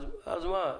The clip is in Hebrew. אז מה?